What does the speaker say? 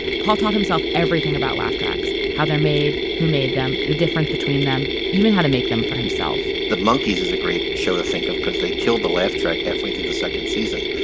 paul taught himself everything about laugh tracks, how they're made, who made them, the difference between them, even how to make them for himself the monkees is a great show to think of because they killed the laugh track halfway through the second season.